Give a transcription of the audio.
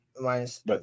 Minus